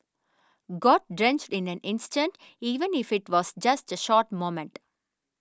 got drenched in an instant even if it was just a short moment